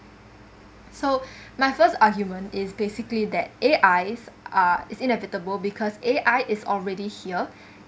so my first argument is basically that A_I uh is inevitable because A_I is already here